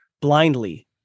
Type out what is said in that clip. blindly